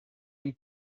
une